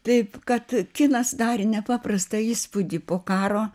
taip kad kinas darė nepaprastą įspūdį po karo